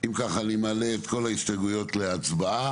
אם ככה, אני מעלה את כל ההסתייגויות להצבעה.